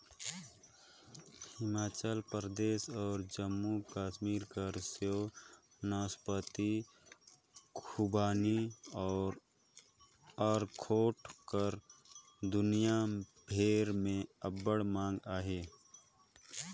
हिमाचल परदेस अउ जम्मू कस्मीर कर सेव, नासपाती, खूबानी अउ अखरोट कर दुनियां भेर में अब्बड़ मांग अहे